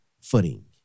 footing